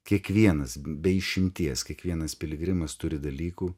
kiekvienas be išimties kiekvienas piligrimas turi dalykų